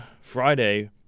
Friday